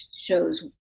shows